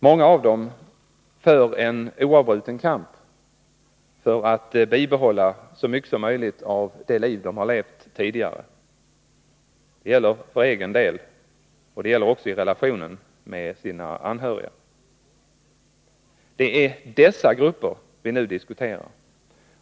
Många av dem för en oavbruten kamp för att bibehålla så mycket som möjligt av det liv de har levt tidigare; det gäller för deras egen del och det gäller också i relationerna till de anhöriga. Det är dessa grupper vi nu diskuterar.